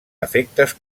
efectes